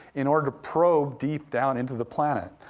in order to probe deep down into the planet.